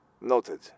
Noted